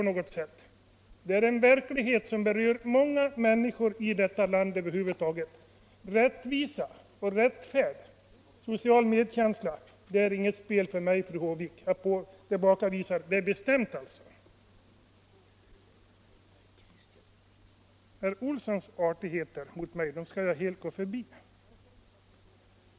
Det är en verklighet som berör många människor i detta land. Rättvisa, rättfärdighet och social medkänsla, det är inget spel för mig, fru Håvik. Jag måste bestämt tillbakavisa sådana påståenden. Herr Olssons i Stockholm artigheter mot mig skall jag helt gå förbi.